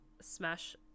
Smash